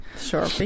Sure